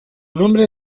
nombre